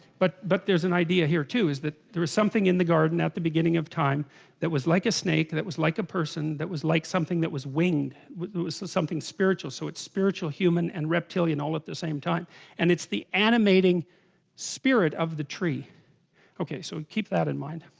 but but there's an idea here too is that there was something in the garden at the beginning of time that was like snake that, was like a person that was like something that was winged it was something spiritual so it's spiritual human and reptilian all at the same time and it's the animating spirit of the tree okay, so keep that in mind